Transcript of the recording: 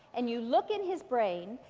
and you look in his brain.